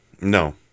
no